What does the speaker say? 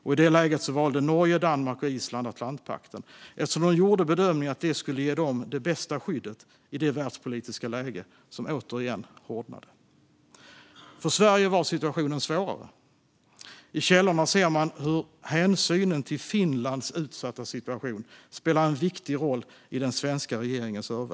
I det läget valde Norge, Danmark och Island Atlantpakten eftersom de gjorde bedömningen att det skulle ge dem det bästa skyddet i det världspolitiska läge som återigen hårdnade. För Sverige var situationen svårare. I källorna ser man hur hänsynen till Finlands utsatta situation spelade en viktig roll i den svenska regeringens överväganden.